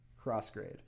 cross-grade